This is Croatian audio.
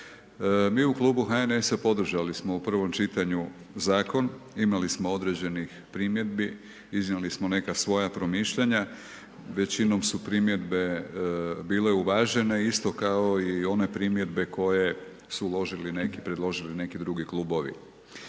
mi u klubu HNS-a podržali smo u prvom čitanju Zakon Imali smo određenih primjedbi, iznijeli smo neka svoja promišljanja. Većinom su primjedbe bile uvažene isto kao i one primjedbe koje su uložili neki, predložili neki drugi klubovi.